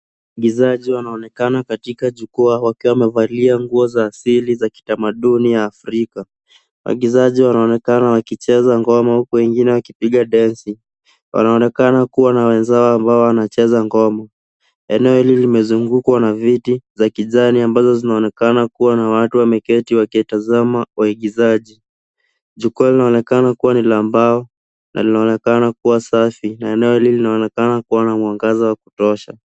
Waigizaji wanaonekana katika jukwaa wakiwa wamevalia nguo za asili za kitamaduni ya Afrika. Waigizaji wanaonekana wakicheza ngoma huku wengine wakipiga densi. Wanaonekana kuwa na wenzao ambao wanacheza ngoma. Eneo hili limezungukwa na viti za kijani ambazo zinaonekana kuwa na watu wameketi wakitazama waigizaji. Jukwaa linaonekana kuwa ni la mbao na linaonekana kuwa safi, na eneo hili linaonekana kuwa na mwangaza wa kutosha.